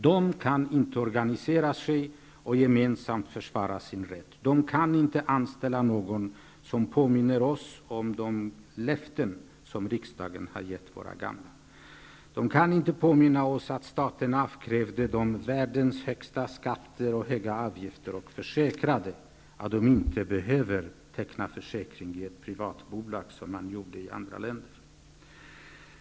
De kan inte organisera sig och gemensamt försvara sin rätt. De kan inte anställa någon som påminner oss om de löften som riksdagen har gett våra gamla. De kan inte påminna oss att staten avkrävde dem världens högsta skatter och höga avgifter och försäkrade att de inte behövde teckna försäkring i ett privat bolag, som man gjorde i andra länder.